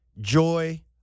joy